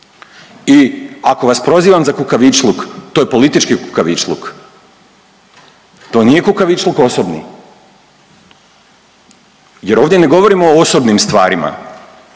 I ako vas prozivam za kukavičluk, to je politički kukavičluk. To nije kukavičluk osobni jer ovdje ne govorimo o osobnim stvarima,